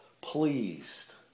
pleased